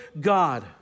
God